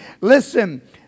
Listen